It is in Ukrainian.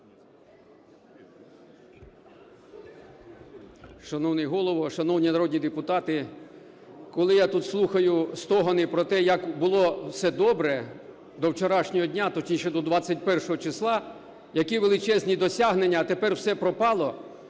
Шановний Голово, шановні народні депутати! Коли я тут слухаю стогони про те, як було все добре до вчорашнього дня, точніше до 21 числа, які величезні досягнення, а тепер все пропало,